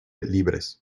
libres